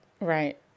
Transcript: Right